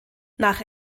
nach